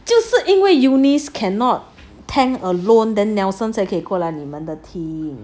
就是因为 eunice cannot attend alone then P2>nelson 才可以过来你们的 team